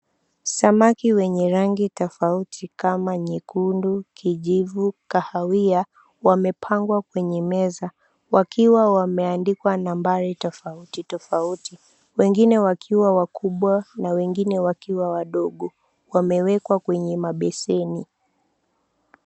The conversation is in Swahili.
Samaki wenye rangi tofauti kama nyekundu, kijivu, kahawia, wamepangwa kwenye meza wakiwa wameandikwa nambari tofauti tofauti. Wengine wakiwa wakubwa na wengine wakiwa wadogo, wamewekwa kwenye mabeseni.